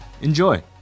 Enjoy